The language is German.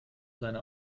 seine